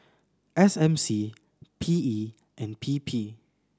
S M C P E and P P